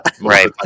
right